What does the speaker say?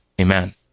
Amen